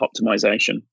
optimization